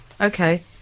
Okay